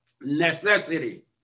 Necessity